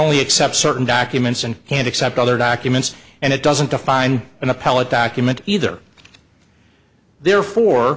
only accept certain documents and can accept other documents and it doesn't define an appellate document either therefore